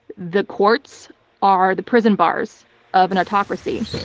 the courts are the prison bars of an autocracy.